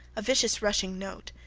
a vicious rushing note,